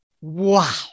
Wow